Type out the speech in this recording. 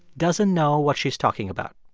doesn't know what she's talking about.